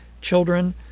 children